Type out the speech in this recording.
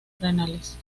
renales